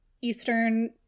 Eastern